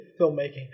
filmmaking